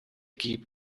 keep